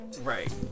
Right